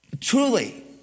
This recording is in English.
truly